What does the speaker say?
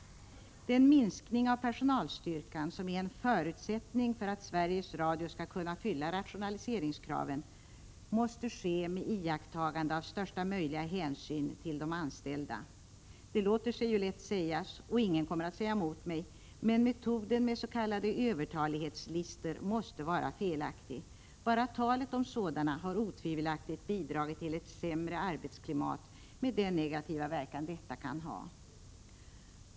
Den minskning av personalstyrkan som är en förutsättning för att Sveriges Radio skall kunna fylla rationaliseringskraven måste ske med iakttagande av största möjliga hänsyn till de anställda. Det låter sig ju lätt sägas, och ingen kommer att säga emot mig, men metoden med s.k. övertalighetslistor måste vara felaktig. Bara talet om sådana har otvivelaktigt bidragit till ett sämre arbetsklimat med den negativa verkan detta kan ha.